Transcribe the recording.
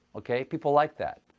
okay? people like that.